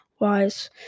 wise